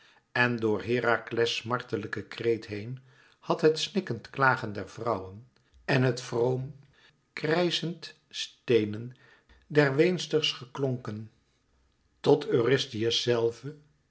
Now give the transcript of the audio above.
en door herakles smartlijken kreet heen had het snikkend klagen der vrouwen en het vroom krijschend steenen der weensters geklonken tot eurystheus zelve